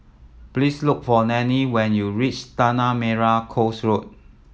please look for Nanie when you reach Tanah Merah Coast Road